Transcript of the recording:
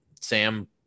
Sam